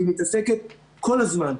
והיא מתעסקת כל הזמן,